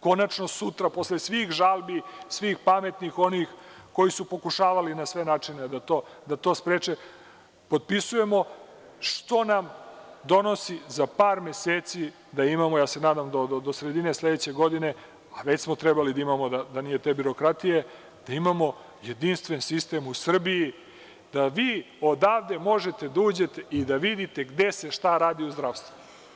Konačno sutra potpisujemo, posle svih žalbi svih pametnih onih koji su pokušavali na sve načine da to spreče, što nam donosi za par meseci da imamo, ja se nadam do sredine sledeće godine, a već smo trebali da imamo da nije te birokratije, jedinstven sistem u Srbiji, da vi odavde možete da uđete i da vidite gde se šta radi u zdravstvu.